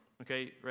okay